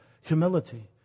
humility